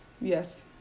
yes